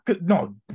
no